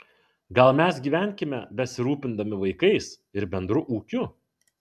gal mes gyvenkime besirūpindami vaikais ir bendru ūkiu